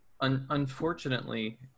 Unfortunately